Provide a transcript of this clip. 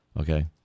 Okay